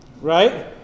Right